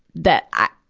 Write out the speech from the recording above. that i,